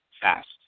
FAST